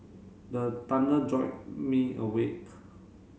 the thunder jolt me awake